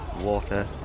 water